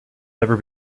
never